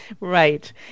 Right